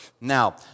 Now